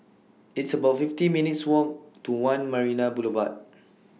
It's about fifty minutes' Walk to one Marina Boulevard